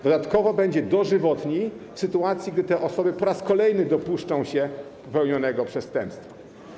Dodatkowo będzie dożywotni, w sytuacji gdy te osoby po raz kolejny dopuszczą się popełnionego przestępstwa.